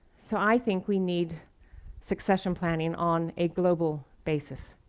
so i think we need succession planning on a global basis.